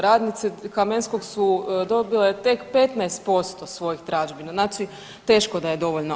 Radnice Kamenskog su dobile tek 15% svojih tražbina, znači teško da je dovoljno.